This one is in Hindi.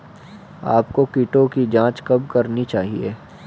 आपको कीटों की जांच कब करनी चाहिए?